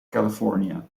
california